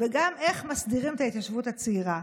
וגם איך מסדירים את ההתיישבות הצעירה.